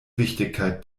wichtigkeit